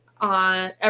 on